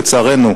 לצערנו,